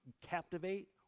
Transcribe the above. captivate